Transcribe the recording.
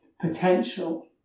potential